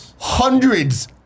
Hundreds